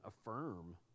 affirm